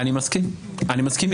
אני מסכים איתך.